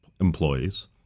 employees